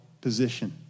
position